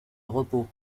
repos